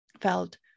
felt